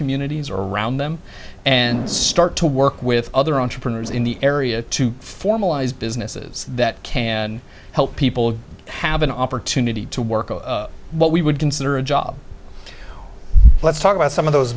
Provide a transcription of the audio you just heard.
communities around them and start to work with other entrepreneurs in the area to formalize businesses that can help people have an opportunity to work what we would consider a job let's talk about some of those